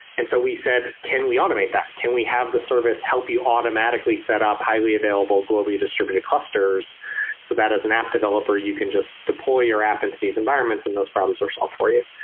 and so we said, can we automate that? can we have the service help you automatically set up highly available globally distributed clusters so that as an app developer you can just deploy your app into these environments and those problems are solved for you.